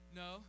no